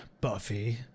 Buffy